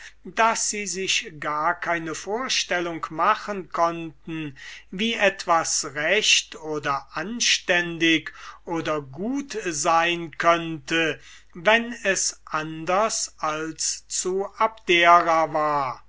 daß sie sich gar keine vorstellung machen konnten wie etwas recht oder anständig oder gut sein könnte wenn es anders als zu abdera war